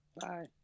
Bye